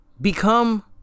Become